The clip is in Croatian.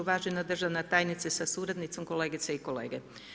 Uvažena državna tajnice sa suradnicom, kolegice i kolege.